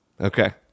okay